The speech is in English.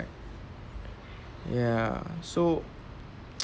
ya so